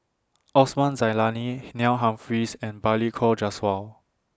Osman Zailani Neil Humphreys and Balli Kaur Jaswal